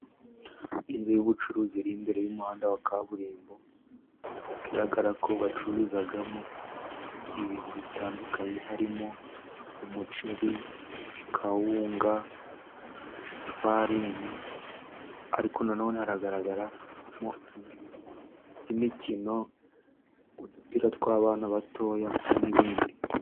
Inzu y'ubucuruzi iri imbere y'umuhanda wa kaburimbo, bigaragara ko bacururizamo ibintu bitandukanye harimo umuceri, kawunga, ifarini, ariko nanone hagaragaramo ibintu by'imikino, udupira tw'abana batoya n'ibindi.